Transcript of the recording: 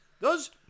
Those-